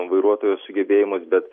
vairuotojo sugebėjimas bet